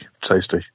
tasty